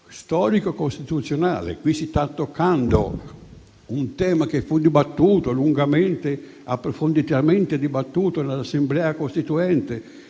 storico e costituzionale. Qui si sta toccando un tema che fu lungamente e approfonditamente dibattuto nell'Assemblea costituente: